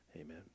Amen